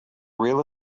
real